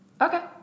okay